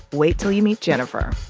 wait till you meet jennifer.